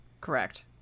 Correct